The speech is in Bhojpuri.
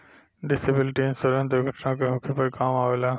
डिसेबिलिटी इंश्योरेंस दुर्घटना के होखे पर काम अवेला